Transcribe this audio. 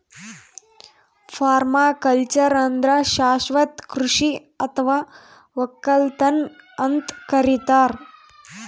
permaculture ಅಂದ್ರ ಶಾಶ್ವತ್ ಕೃಷಿ ಅಥವಾ ವಕ್ಕಲತನ್ ಅಂತ್ ಕರಿತಾರ್